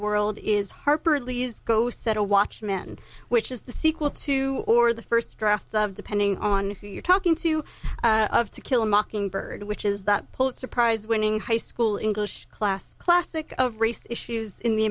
world is harper lee's ghost set a watchmen which is the sequel to or the first draft of depending on who you're talking to to kill a mockingbird which is that pulitzer prize winning high school english class classic of race issues in the